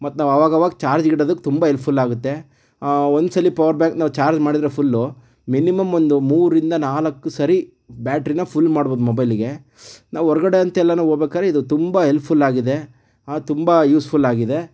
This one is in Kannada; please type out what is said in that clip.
ಮತ್ತು ನಾವು ಆವಾಗಾವಾಗ ಚಾರ್ಜಿಗೆ ಇಡೋದಕ್ಕೆ ತುಂಬ ಹೆಲ್ಪ್ಫುಲ್ಲಾಗುತ್ತೆ ಒಂದು ಸಲ ಪವರ್ಬ್ಯಾಂಕ್ ನಾವು ಚಾರ್ಜ್ ಮಾಡಿದರೆ ಫುಲ್ಲು ಮಿನಿಮಮ್ ಒಂದು ಮೂರರಿಂದ ನಾಲ್ಕು ಸರಿ ಬ್ಯಾಟ್ರಿಯನ್ನ ಫುಲ್ ಮಾಡ್ಬೋದು ಮೊಬೈಲಿಗೆ ನಾವು ಹೊರಗಡೆ ಅಂತೆಲ್ಲಾನ ಹೋಗ್ಬೇಕಾದ್ರೆ ಇದು ತುಂಬ ಹೆಲ್ಪ್ಫುಲ್ ಆಗಿದೆ ತುಂಬ ಯೂಸ್ಫುಲ್ ಆಗಿದೆ